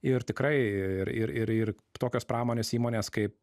ir tikrai ir ir ir ir tokios pramonės įmonės kaip